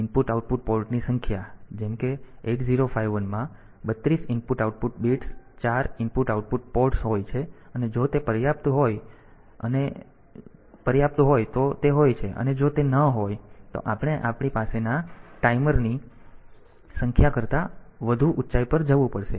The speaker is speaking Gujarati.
IO પોર્ટ ની સંખ્યા જેમ કે આપણી પાસે 8051 છે તેમાં તે 32 IO બિટ્સ 4 IO પોર્ટ હોય છે અને જો તે પર્યાપ્ત હોય તો તે હોય છે અને જો તે ન હોય તો આપણે આપણી પાસેના ટાઈમરની સંખ્યા કરતાં વધુ ઊંચાઈ પર જવું પડશે